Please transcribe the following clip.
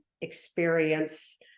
experience